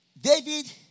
David